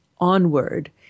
onward